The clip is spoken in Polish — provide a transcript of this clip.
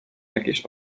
jakieś